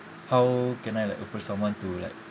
how can I like approach someone to like